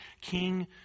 King